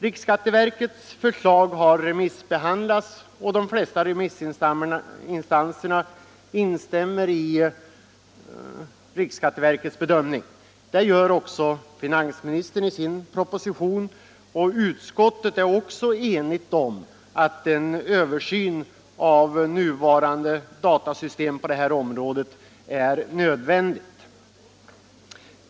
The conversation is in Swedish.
Riksskatteverkets förslag har remissbehandlats, och de flesta remiss 141 instanserna instämmer i riksskatteverkets bedömning. Det gör även finansministern i sin proposition, och utskottet är också enigt om att en översyn av nuvarande datasystem på det här området är nödvändig.